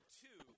two